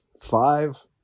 five